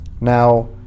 Now